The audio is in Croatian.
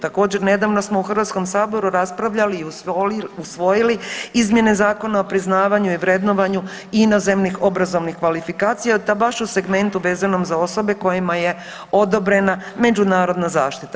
Također nedavno smo u Hrvatskom saboru raspravljali i usvojili izmjene Zakona o priznavanju i vrednovanju inozemnih obrazovnih kvalifikacija i to baš u segmentu vezanom za osobe kojima je odobrena međunarodna zaštita.